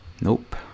Nope